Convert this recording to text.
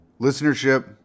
listenership